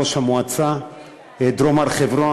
ראש מועצת דרום הר-חברון.